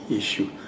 issue